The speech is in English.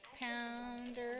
Pounder